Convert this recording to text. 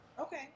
okay